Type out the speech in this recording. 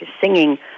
singing